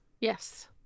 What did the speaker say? Yes